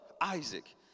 Isaac